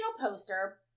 poster